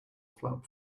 flap